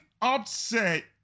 upset